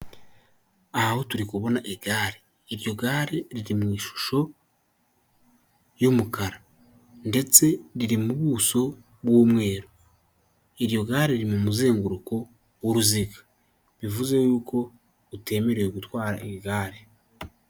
Aha ho turi kubona igare, iryo gare riri mu ishusho y'umukara ndetse riri mu buso bw'umweru, iryo gare riri mu muzenguruko w'uruziga bivuze y'uko utemerewe gutwara igare.